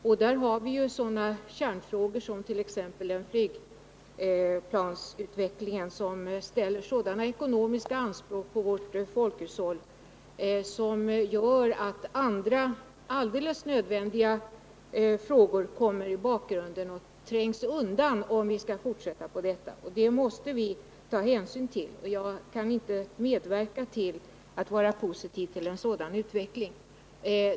Det gäller bl.a. en sådan kärnfråga som flygplansutvecklingen, som ställer sådana ekonomiska anspråk på vårt folkhushåll att andra alldeles nödvändiga frågor kommer i bakgrunden och trängs undan, om vi skall fortsätta som hittills. Vi måste ta hänsyn till dessa effekter, och jag kan inte vara positiv till en sådan utveckling.